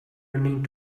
running